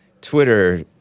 Twitter